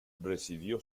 residió